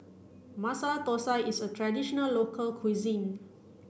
Masala Thosai is a traditional local cuisine